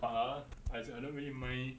but ah I don't really mind